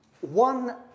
one